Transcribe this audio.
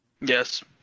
Yes